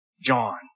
John